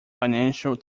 financial